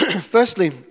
Firstly